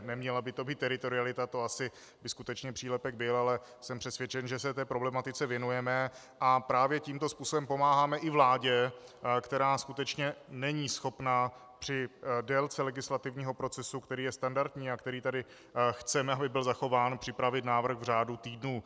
Neměla by to být teritorialita, to asi skutečně by přílepek byl, ale jsem přesvědčen, že se té problematice věnujeme a právě tímto způsobem pomáháme i vládě, která skutečně není schopna při délce legislativního procesu, který je standardní a který tady chceme, aby byl zachován, připravit návrh v řádu týdnů.